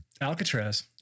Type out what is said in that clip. Alcatraz